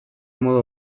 modu